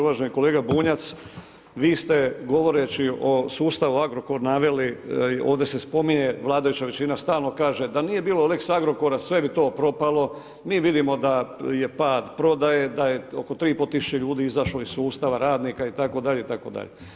Uvaženi kolega Bunjac, vi ste govoreći o sustavu Agrokor naveli, ovdje se spominje vladajuća većina stalno kaže da nije bilo lex Agrokora sve bi to propalo, mi vidimo da je pad prodaje, da je oko 3500 ljudi izašlo iz sustava radnika itd, itd.